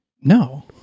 no